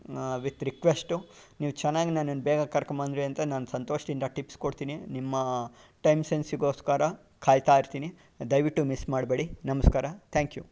with request ನೀವು ಚೆನ್ನಾಗಿ ನನ್ನನ್ನ ಬೇಗ ಕರ್ಕೊಂಡು ಬಂದ್ರಿ ಅಂತ ನಾನು ಸಂತೋಷದಿಂದ ಟಿಪ್ಸ್ ಕೊಡ್ತೀನಿ ನಿಮ್ಮ ಟೈಮ್ ಸೆನ್ಸಿಗೋಸ್ಕರ ಕಾಯ್ತಾಯಿರ್ತೀನಿ ದಯವಿಟ್ಟು ಮಿಸ್ ಮಾಡಬೇಡಿ ನಮಸ್ಕಾರ ಥ್ಯಾಂಕ್ ಯು